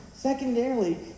Secondarily